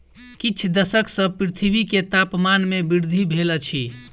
किछ दशक सॅ पृथ्वी के तापमान में वृद्धि भेल अछि